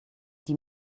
die